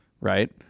right